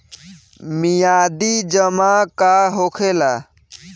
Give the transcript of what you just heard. मियादी जमा का होखेला?